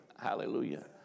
Hallelujah